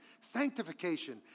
Sanctification